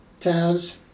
Taz